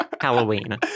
Halloween